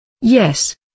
Yes